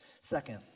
Second